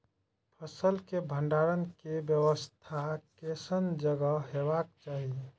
फसल के भंडारण के व्यवस्था केसन जगह हेबाक चाही?